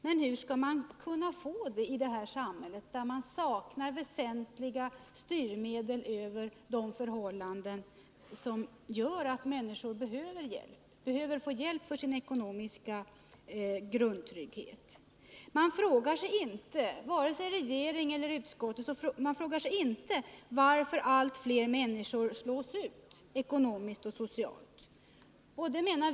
Men hur skall man kunna få det i detta samhälle, där det saknas väsentliga styrmedel för att ändra de förhållanden som gör att människor behöver få hjälp för sin ekonomiska grundtrygghet? Varken regeringen eller utskottet frågar varför allt fler människor slås ut ekonomiskt och socialt.